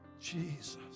Jesus